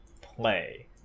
play